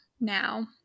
now